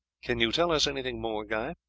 can you tell us anything more, guy?